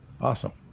Awesome